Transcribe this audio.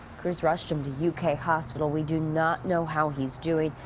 crews rushed him to u k hospital. we do not know how he's doing.